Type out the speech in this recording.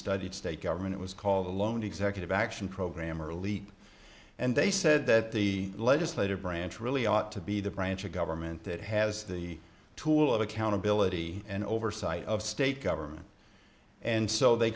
studied state government it was called a loan executive action program or elite and they said that the legislative branch really ought to be the branch of government that has the tool of accountability and oversight of state government and so they